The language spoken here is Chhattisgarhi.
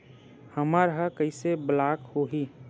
हमर ह कइसे ब्लॉक होही?